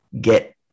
get